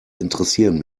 interessieren